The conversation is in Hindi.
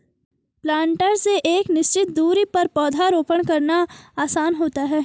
प्लांटर से एक निश्चित दुरी पर पौधरोपण करना आसान होता है